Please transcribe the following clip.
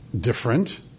different